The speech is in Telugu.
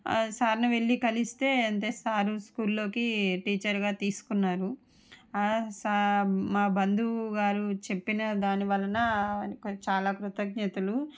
సార్ను వెళ్ళి కలిస్తే అంతే సార్ స్కూల్లోకి టీచర్గా తీసుకున్నారు ఆ సార్ మా బంధువు గారు చెప్పిన దాని వలన ఆయనకి చాలా కృతజ్ఞతలు